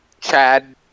Chad